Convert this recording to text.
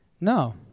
No